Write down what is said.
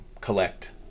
collect